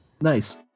nice